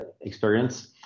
experience